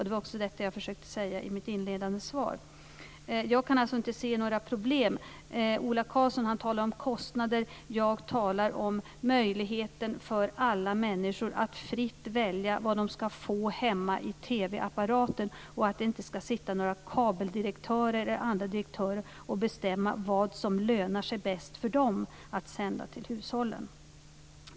Det var detta jag försökte säga i mitt inledande svar. Jag kan alltså inte se några problem. Ola Karlsson talar om kostnader. Jag talar om möjligheten för alla människor att fritt välja vad de ska få hemma i TV-apparaten och att det inte ska sitta några kabeldirektörer eller andra direktörer och bestämma vad som lönar sig bäst för dem att sända till hushållen.